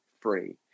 free